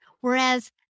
whereas